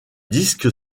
disque